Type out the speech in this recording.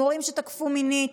מורים שתקפו מינית,